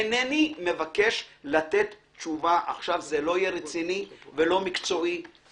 איני מבקש לתת תשובה עכשיו זה יהיה לא רציני ולא מקצועי.